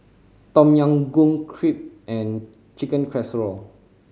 Tom Yam Goong Crepe and Chicken Casserole